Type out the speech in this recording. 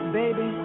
baby